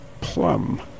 Plum